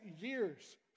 years